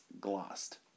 glossed